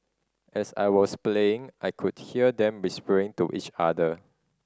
as I was playing I could hear them whispering to each other